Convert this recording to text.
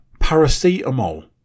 Paracetamol